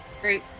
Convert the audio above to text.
Great